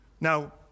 Now